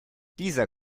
dieser